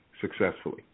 successfully